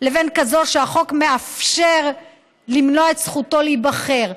לבין כזאת שהחוק מאפשר למנוע את זכותו להיבחר.